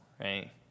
right